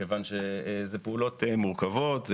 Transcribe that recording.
כיוון שאלה פעולות מורכבות.